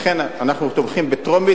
לכן אנחנו תומכים בטרומית,